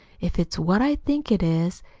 if it's what i think it is,